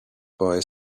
boy